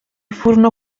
furono